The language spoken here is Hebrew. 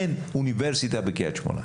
אין אוניברסיטה בקריית שמונה.